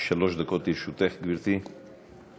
שלוש דקות לרשותך, גברתי.